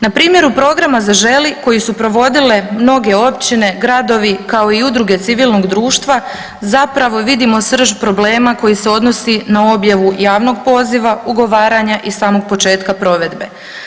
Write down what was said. Na primjeru programa „Zaželi“ koji su provodile mnoge općine, gradovi kao i udruge civilnog društva zapravo vidimo srž problema koji se odnosi na objavu javnog poziva, ugovaranja i samog početka provedbe.